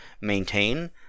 maintain